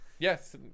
Yes